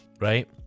Right